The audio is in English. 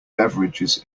beverages